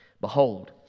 Behold